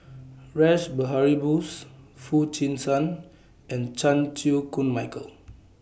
Rash Behari Bose Foo Chee San and Chan Chew Koon Michael